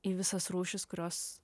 į visas rūšis kurios